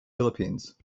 philippines